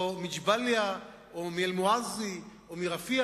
או מג'באליה או מאל-מואסי או מרפיח?